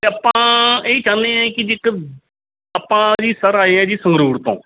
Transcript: ਅਤੇ ਆਪਾਂ ਇਹ ਹੀ ਚਾਹੁੰਦੇ ਹਾਂ ਕਿ ਜੇ ਇਕ ਆਪਾਂ ਜੀ ਸਰ ਆਏ ਹਾਂ ਜੀ ਸੰਗਰੂਰ ਤੋਂ